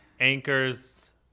Anchor's